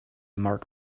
mark